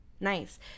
nice